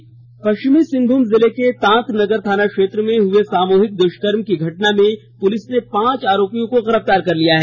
दुष्कर्म पश्चिमी सिंहभूम जिले के तांतनगर थाना क्षेत्र में हुए सामूहिक दुष्कर्म की घटना में पुलिस ने पांच आरोपियों को गिरफ्तार कर लिया है